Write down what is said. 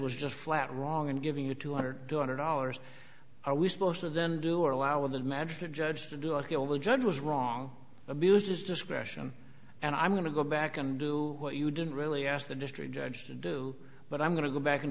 was just flat wrong in giving you two hundred two hundred dollars are we supposed to then do or allow in the magistrate judge to do it all the judge was wrong abused his discretion and i'm going to go back and do what you didn't really ask the district judge to do but i'm going to go back and